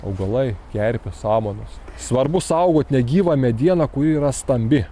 augalai kerpės samanos svarbu saugot negyvą medieną kuri yra stambi